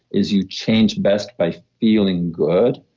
is you change best by feeling good,